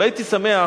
אבל הייתי שמח